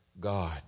God